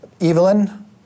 Evelyn